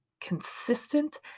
consistent